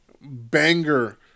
banger